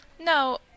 No